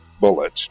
bullet